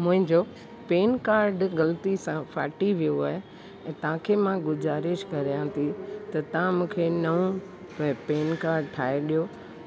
मुंहिंजो PAN card ग़लती सां फाटी वियो आहे तव्हांखे मां गुज़ारिश कयां थी त तव्हां मूंखे नओं पे पेन काड ठाहे ॾियो